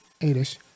eight-ish